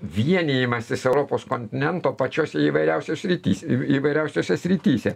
vienijimasis europos kontinento pačiose įvairiausios srityse įvairiausiose srityse